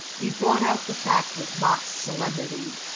he brought out the fact with mock solemnity.